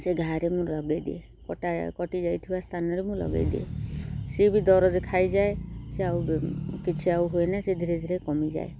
ସେ ଘା ରେ ମୁଁ ଲଗାଇଦିଏ କଟା କଟିଯାଇଥିବା ସ୍ଥାନରେ ମୁଁ ଲଗାଇଦିଏ ସିଏ ବି ଦରଜ ଖାଇଯାଏ ସେ ଆଉ କିଛି ଆଉ ହୁଏନା ସେ ଧୀରେ ଧୀରେ କମିଯାଏ